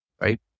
right